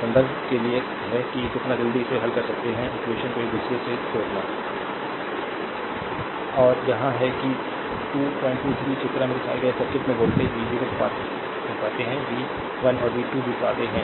संदर्भ टाइम 2807 के लिए है कि कितनी जल्दी इसे हल कर सकते हैं इक्वेशन को एक दूसरे से जोड़ना स्लाइड टाइम देखें 2819 और यहाँ है कि 223 चित्रा में दिखाए गए सर्किट में वोल्टेज v0 पाते हैं वी 1 और वी 2 भी पाते हैं